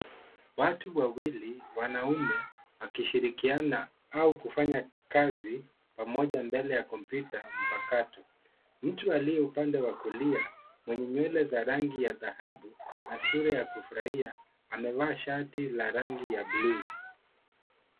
Watu wawili, wanaume, wakishirikiana au kufanya kazi pamoja mbele ya kompyuta mpakato. Mtu aliye upande wa kulia, mwenye nywele za rangi ya dhahabu na sura ya kufurahia amevaa shati la rangi ya bluu.